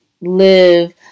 live